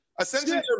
Essentially